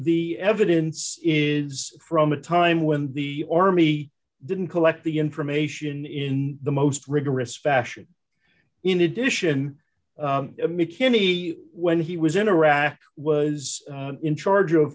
the evidence is from a time when the army didn't collect the information in the most rigorous fashion in addition mckinney when he was in iraq was in charge o